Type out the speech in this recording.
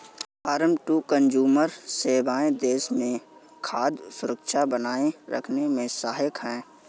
farmer to consumer सेवाएं देश में खाद्य सुरक्षा बनाए रखने में सहायक है